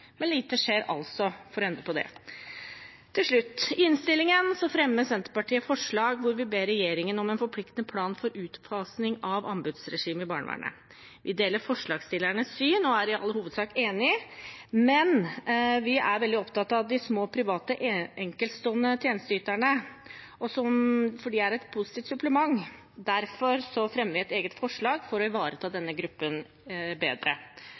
men lite skjer altså for å endre på det. Til slutt: I innstillingen fremmer Senterpartiet forslag hvor vi ber regjeringen om en forpliktende plan for utfasing av anbudsregimet i barnevernet. Vi deler forslagsstillerens syn og er i all hovedsak enig, men vi er veldig opptatt av de små private enkeltstående tjenesteyterne, for de er et positivt supplement. Derfor fremmer vi et eget forslag for å ivareta denne gruppen bedre.